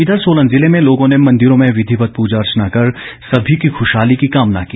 इधर सोलन जिले में लोगों ने मंदिरों में विधिवत पूजा अर्चना कर सभी की ख्रशहाली की कामना की